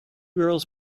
girls